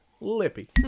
Lippy